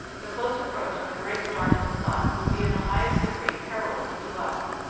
the close approach of a great star to the sun would be in the highest degree perilous to us.